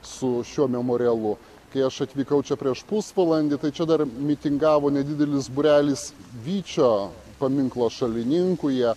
su šiuo memorialu kai aš atvykau čia prieš pusvalandį tai čia dar mitingavo nedidelis būrelis vyčio paminklo šalininkų jie